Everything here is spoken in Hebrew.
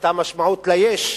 היתה משמעות ליש,